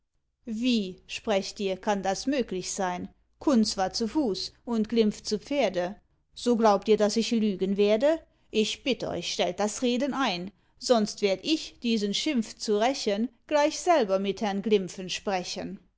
wie sprecht ihr kann das möglich sein kunz war zu fuß und glimpf zu pferde so glaubt ihr daß ich lügen werde ich bitt euch stellt das reden ein sonst werd ich diesen schimpf zu rächen gleich selber mit herrn glimpfen sprechen